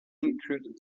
include